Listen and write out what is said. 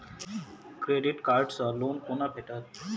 Credit card सँ loan कोना भेटत?